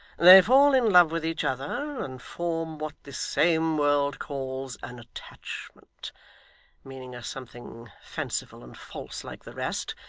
they fall in love with each other, and form what this same world calls an attachment meaning a something fanciful and false like the rest,